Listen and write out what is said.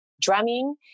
drumming